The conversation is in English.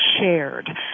shared